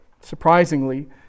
surprisingly